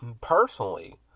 personally